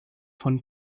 von